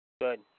Good